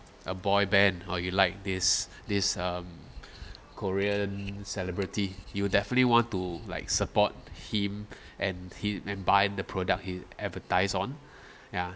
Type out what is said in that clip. a boy band or you like this this um korean celebrity you will definitely want to like support him and he and buying the product he advertise on ya